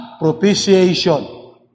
propitiation